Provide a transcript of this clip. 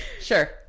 sure